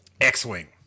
X-Wing